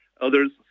Others